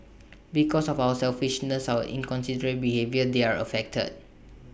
because of our selfishness our inconsiderate behaviour they're affected